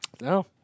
No